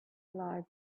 lied